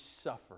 suffer